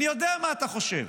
אני יודע מה אתה חושב.